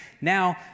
Now